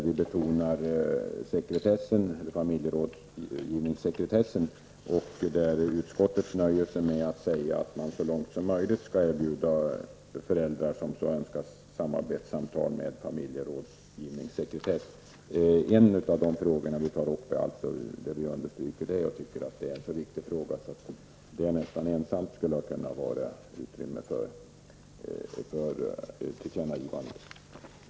Vi betonar föräldrarådgivningssekretessen. Utskottet nöjer sig med att säga att man så mycket som möjligt skall erbjuda föräldrar som så önskar samarbetsavtal med familjerådgivningssekretess. Detta är alltså en av de frågor vi tar upp, och vi tycker att det är en så viktig fråga att den nästan ensam skulle ha motiverat ett tillkännagivande.